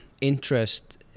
interest